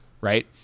right